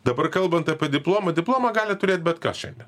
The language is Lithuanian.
dabar kalbant apie diplomą diplomą gali turėt bet kas šiandien